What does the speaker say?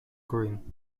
green